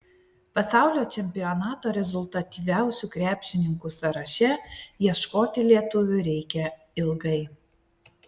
pasaulio čempionato rezultatyviausių krepšininkų sąraše ieškoti lietuvių reikia ilgai